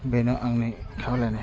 बेनो आंनि खावलायनाय